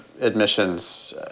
admissions